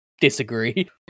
Disagree